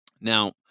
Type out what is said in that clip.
Now